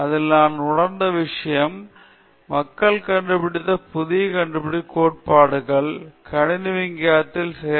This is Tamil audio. அதில் நான் உணர்ந்த ஒரு விஷயம் மக்கள் கண்டுபிடித்த புதிய கண்டுபிடிப்புகள் கோட்பாட்டு கணினி விஞ்ஞானத்தில் செயல்படும் நிகழ்ச்சியாக இல்லை